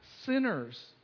sinners